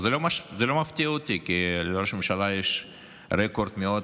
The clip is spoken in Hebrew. זה לא מפתיע אותי, כי לראש הממשלה יש רקורד מאוד